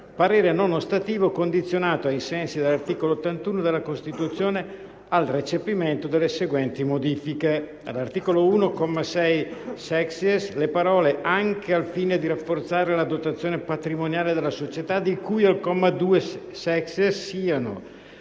parere non ostativo condizionato, ai sensi dell'articolo 81 della Costituzione, al recepimento delle seguenti modifiche: - all'articolo 1, comma 6-*sexies*, le parole: "Anche al fine di rafforzare la dotazione patrimoniale della società di cui al comma 2-*sexies*" siano